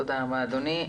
תודה אדוני.